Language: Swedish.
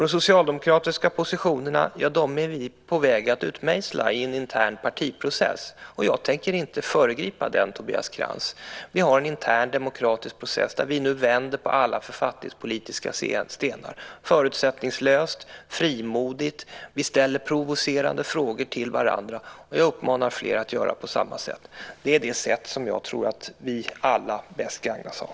De socialdemokratiska positionerna, ja, dem är vi på väg att utmejsla i en intern partiprocess, och jag tänker inte föregripa den, Tobias Krantz. Vi har en intern demokratisk process där vi nu vänder på alla författningspolitiska stenar. Vi gör det förutsättningslöst och frimodigt, och vi ställer provocerande frågor till varandra. Jag uppmanar fler att göra på samma sätt. Det är det sätt som jag tror att vi alla bäst gagnas av.